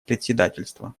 председательства